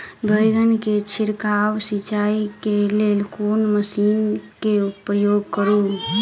बैंगन केँ छिड़काव सिचाई केँ लेल केँ मशीन केँ प्रयोग करू?